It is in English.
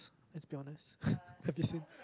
let's be honest have you seen